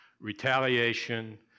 retaliation